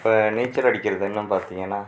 இப்போ நீச்சல் அடிக்கிறதுன்னு பார்த்திங்கனா